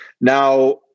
Now